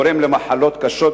הגורם למחלות קשות,